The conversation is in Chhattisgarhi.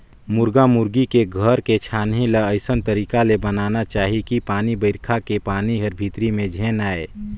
मुरगा मुरगी के घर के छानही ल अइसन तरीका ले बनाना चाही कि पानी बइरखा के पानी हर भीतरी में झेन आये